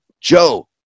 Joe